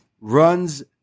runs